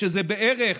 שזה בערך